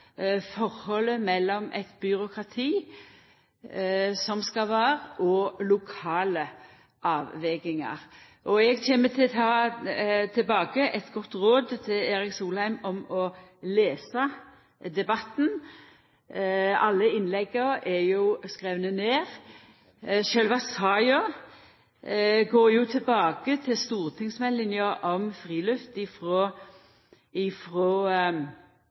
mellom eit byråkrati og lokale avvegingar. Eg kjem til å gje eit godt råd tilbake til Erik Solheim om å lesa debatten. Alle innlegga er jo skrivne ned. Sjølve saka går tilbake til stortingsmeldinga om friluft,